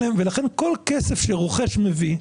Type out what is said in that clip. לכן, כל כסף שרוכש מביא,